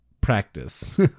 practice